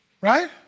right